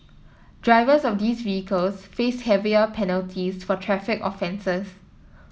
drivers of these vehicles face heavier penalties for traffic offences